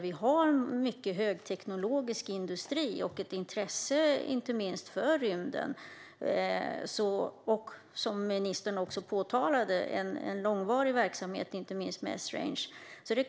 Vi har mycket högteknologisk industri och ett intresse för rymden. Som ministern påpekade har vi även en långvarig verksamhet, inte minst med Esrange.